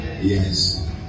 yes